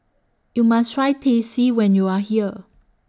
YOU must Try Teh C when YOU Are here